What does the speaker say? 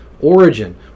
Origin